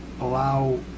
allow